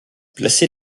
placer